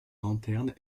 lanterne